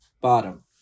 bottom